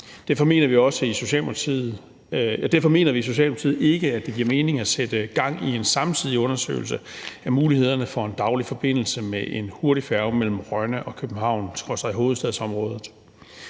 Derfor mener vi i Socialdemokratiet ikke, at det giver mening at sætte gang i en samtidig undersøgelse af mulighederne for en daglig forbindelse med en hurtigfærge mellem Rønne og København skråstreg hovedstadsområdet.